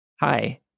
Hi